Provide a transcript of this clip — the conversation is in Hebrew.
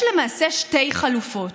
למעשה יש שתי חלופות: